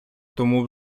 тому